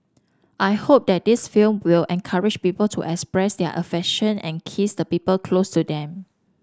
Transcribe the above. I hope that this film will encourage people to express their affection and kiss the people close to them